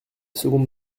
seconde